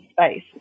space